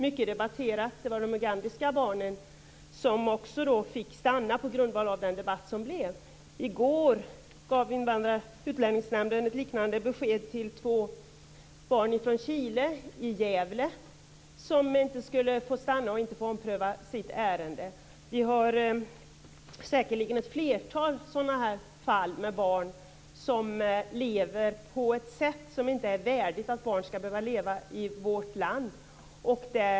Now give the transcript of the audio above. Det gällde de ugandiska barnen. Det fick stanna tack vare den debatt som uppstod. I går gav Utlänningsnämnden ett liknande besked till två barn från Chile som vistas i Gävle. De skall inte få stanna och inte få sitt ärende omprövat. Det finns säkerligen ett flertal sådana fall med barn som lever på ett sätt som inte är värdigt barn i vårt land.